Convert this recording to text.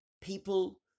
people